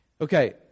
Okay